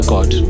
God